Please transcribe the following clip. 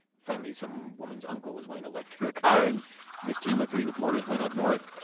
finally some woman's uncle was willing to lend her car, and this team of three reporters went up north,